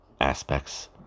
aspects